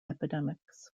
epidemics